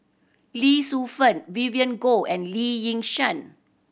Lee Shu Fen Vivien Goh and Lee Yi Shyan